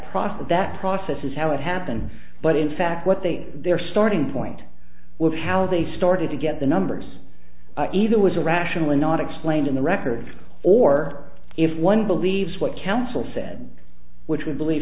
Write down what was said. process that process is how it happened but in fact what they they're starting point with how they started to get the numbers either was a rational or not explained in the records or if one believes what counsel said which we believe